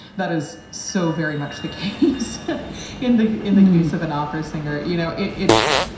that is so very much the case in the in the case of an opera singer. you know, it's